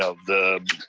ah the